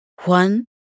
One